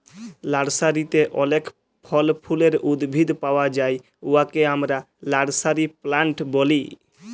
লার্সারিতে অলেক ফল ফুলের উদ্ভিদ পাউয়া যায় উয়াকে আমরা লার্সারি প্লান্ট ব্যলি